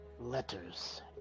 letters